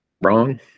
wrong